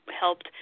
helped